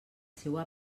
seua